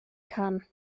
kann